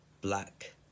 black